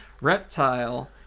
reptile